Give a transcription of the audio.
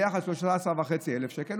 ביחד 13,500 שקל,